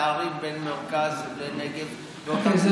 הפערים בין המרכז לנגב באותה קופה?